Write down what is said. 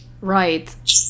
Right